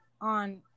on